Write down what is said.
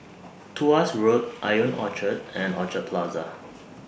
Tuas Road Ion Orchard and Orchard Plaza